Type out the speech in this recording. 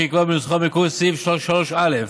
שנקבע בנוסחו המקורי של סעיף 3(א)